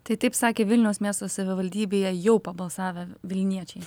tai taip sakė vilniaus miesto savivaldybėje jau pabalsavę vilniečiai